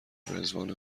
رضوان